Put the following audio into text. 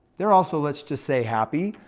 they're all so let's just say happy.